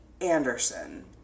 Anderson